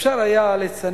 אפשר היה לצנן,